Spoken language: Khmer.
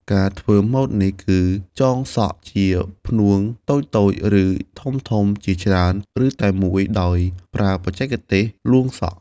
ការធ្វើម៉ូតនេះគឺចងសក់ជាផ្នួងតូចៗ ឬធំៗជាច្រើន ឬតែមួយ ដោយប្រើបច្ចេកទេសលួងសក់។